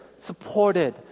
supported